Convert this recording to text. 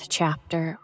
chapter